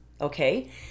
Okay